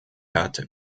hat